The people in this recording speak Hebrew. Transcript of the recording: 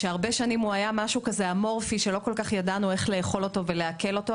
הרבה שנים הוא היה משהו אמורפי שלא כל כך ידענו איך לאכול ולעכל אותו.